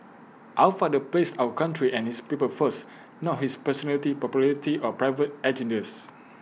our father placed our country and his people first not his personal popularity or private agendas